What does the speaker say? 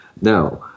now